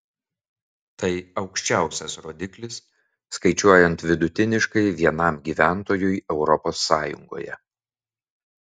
tai aukščiausias rodiklis skaičiuojant vidutiniškai vienam gyventojui europos sąjungoje